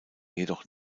jedoch